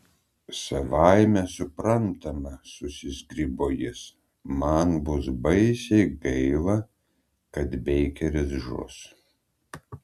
savaime suprantama susizgribo jis man bus baisiai gaila kad beikeris žus